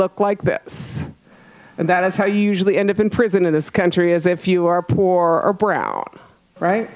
look like this and that is how i usually end up in prison in this country is if you are poor or brown